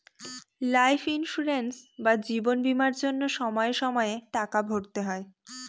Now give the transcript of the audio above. life insurance বা জীবন বীমার জন্য সময়ে সময়ে টাকা ভরতে হয়